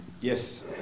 Yes